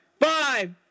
Five